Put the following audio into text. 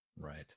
Right